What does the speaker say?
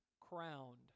Crowned